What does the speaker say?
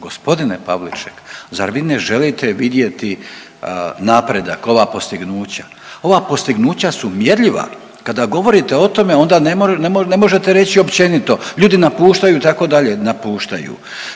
Gospodine Pavliček zar vi ne želite vidjeti napredak, ova postignuća. Ova postignuća su mjerljiva. Kada govorite o tome onda ne možete reći općenito ljudi napuštaju itd. napuštaju.